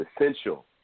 essential